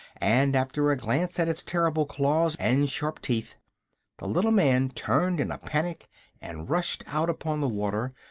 and after a glance at its terrible claws and sharp teeth the little man turned in a panic and rushed out upon the water,